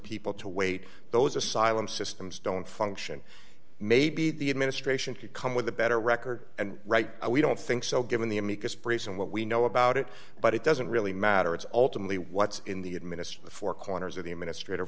people to wait those asylum systems don't function maybe the administration could come with a better record and right now we don't think so given the amicus briefs and what we know about it but it doesn't really matter it's ultimately what's in the administer the four corners of the administrat